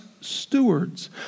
stewards